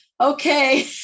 okay